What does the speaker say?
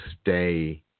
stay